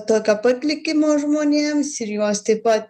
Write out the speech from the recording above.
tokio pat likimo žmonėms ir juos taip pat